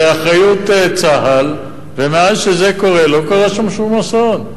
באחריות צה"ל, ומאז שזה קורה, לא קרה שם שום אסון.